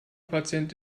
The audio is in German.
patient